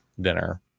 dinner